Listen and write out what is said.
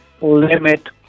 limit